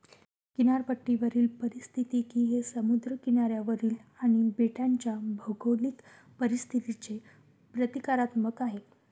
किनारपट्टीवरील पारिस्थितिकी हे समुद्र किनाऱ्यावरील आणि बेटांच्या भौगोलिक परिस्थितीचे प्रतीकात्मक आहे